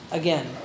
again